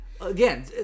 again